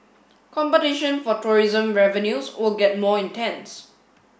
competition for tourism revenues will get more intense